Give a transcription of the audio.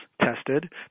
tested